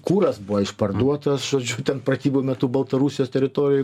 kuras buvo išparduotas žodžiu ten pratybų metu baltarusijos teritorijoj